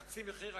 ובחצי מחיר,